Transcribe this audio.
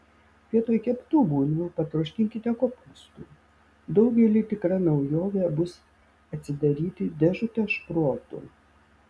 vietoj keptų bulvių patroškinkite kopūstų daugeliui tikra naujovė bus atsidaryti dėžutę šprotų